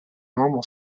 normal